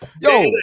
Yo